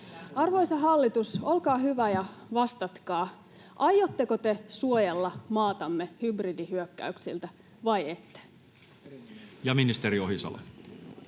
Arvoisa hallitus, olkaa hyvä ja vastatkaa: aiotteko te suojella maatamme hybridihyökkäyksiltä vai ette? [Speech